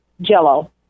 jello